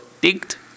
digged